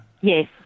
Yes